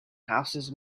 houses